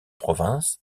provinces